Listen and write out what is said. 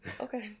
okay